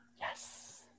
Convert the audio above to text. Yes